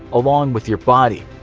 along with your body.